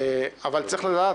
אבל צריך לדעת,